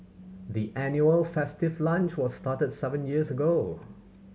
the annual festive lunch was started seven years ago